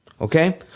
Okay